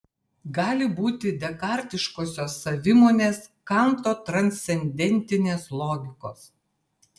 gali būti dekartiškosios savimonės kanto transcendentinės logikos